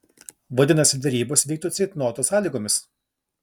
vadinasi derybos vyktų ceitnoto sąlygomis